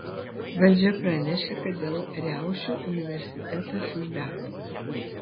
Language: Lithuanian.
valdžia pranešė kad dėl riaušių universitetas uždaromas